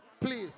please